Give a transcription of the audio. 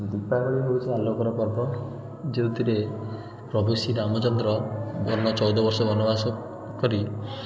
ଦୀପାବଳି ହେଉଛି ଆଲୋକର ପର୍ବ ଯେଉଁଥିରେ ପ୍ରଭୁ ଶ୍ରୀ ରାମଚନ୍ଦ୍ର ବନ ଚଉଦବର୍ଷ ବନବାସ କରି